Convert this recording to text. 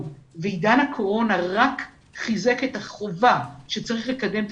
- ועידן הקורונה רק חיזק את החובה - צריך לקדם את